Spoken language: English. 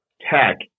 tech